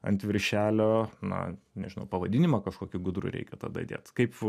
ant viršelio na nežinau pavadinimą kažkokį gudrų reikia tada dėt kaip